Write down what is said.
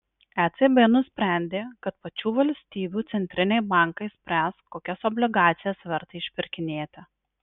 ecb nusprendė kad pačių valstybių centriniai bankai spręs kokias obligacijas verta išpirkinėti